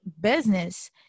business